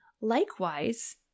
Likewise